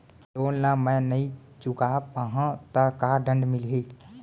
Loan ला मैं नही चुका पाहव त का दण्ड मिलही?